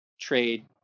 trade